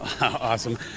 Awesome